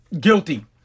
guilty